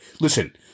listen